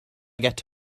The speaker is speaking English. get